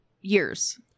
years